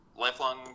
Lifelong